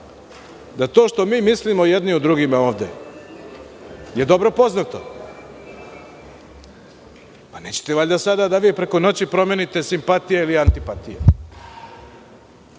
da to što mi mislimo jedni o drugima ovde je dobro poznato, pa nećete valjda vi ovde preko noći promenite simpatije ili antipatije.